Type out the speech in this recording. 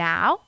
Now